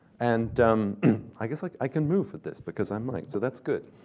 and um i guess like i can move with this because i'm miked, so that's good.